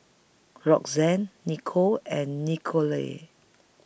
Roxanne Nicole and Nikole